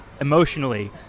emotionally